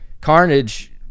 Carnage